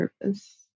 purpose